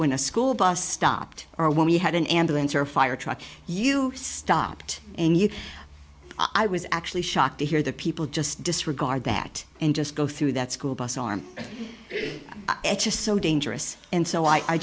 when a school bus stopped or when you had an ambulance or fire truck you stopped and you i was actually shocked to hear the people just disregard that and just go through that school bus arm it's just so dangerous and so i